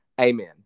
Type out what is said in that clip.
Amen